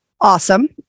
awesome